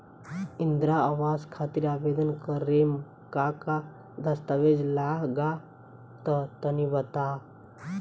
इंद्रा आवास खातिर आवेदन करेम का का दास्तावेज लगा तऽ तनि बता?